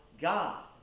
God